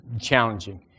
challenging